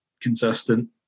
consistent